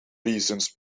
reasons